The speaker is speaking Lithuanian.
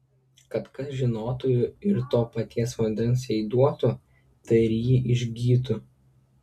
kad kas žinotų ir to paties vandens jai duotų tai ir ji išgytų